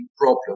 problem